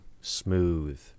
smooth